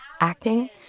acting